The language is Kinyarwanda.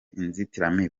inzitiramibu